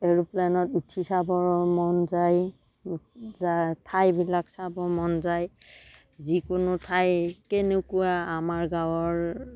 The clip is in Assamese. এৰ'প্লেনত উঠি চাবৰ মন যায় যায় ঠাইবিলাক চাবৰ মন যায় যিকোনো ঠাই কেনেকুৱা আমাৰ গাঁৱৰ